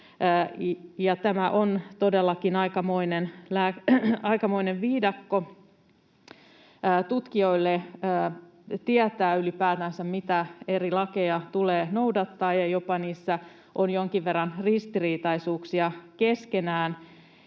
Tämä on todellakin aikamoinen viidakko tutkijoille tietää ylipäätänsä, mitä eri lakeja tulee noudattaa, ja niissä on jonkin verran jopa ristiriitaisuuksia keskenään.